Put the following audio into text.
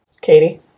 Katie